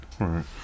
Right